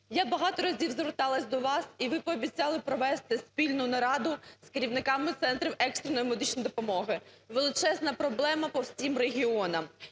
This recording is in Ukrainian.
Я багато разів зверталась до вас, і ви пообіцяли провести спільну нараду з керівниками центрів екстреної медичної допомоги. Величезна проблема по всім регіонам.